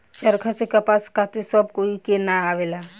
चरखा से कपास काते सब कोई के ना आवेला